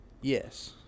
yes